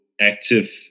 active